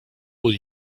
will